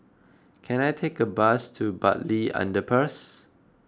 can I take a bus to Bartley Underpass